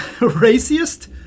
Raciest